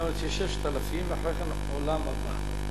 זאת אומרת, 6,000 ואחרי כן עולם הבא.